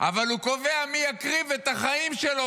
אבל הוא קובע מי יקריב את החיים שלו